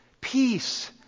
Peace